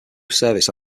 service